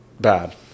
bad